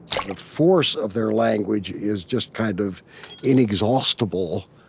the force of their language is just kind of inexhaustible.